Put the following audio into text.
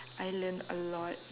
I learn a lot